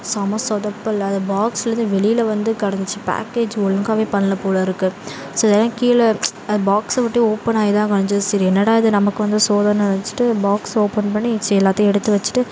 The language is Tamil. செம்ம சொதப்பல் அது பாக்ஸ்லருந்து வெளியில் வந்து கிடந்துச்சி பேக்கேஜ் ஒழுங்காகவே பண்ணல போல இருக்குது சிலதுலாம் கீழே அத் பாக்ஸை விட்டு ஓப்பனாகி தான் வந்துச்சி சரி என்னடா இது நமக்கு வந்து சோதனை நெனச்சிட்டு பாக்ஸ் ஓபன் பண்ணி சர் எல்லாத்தையும் எடுத்து வெச்சுட்டு